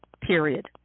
period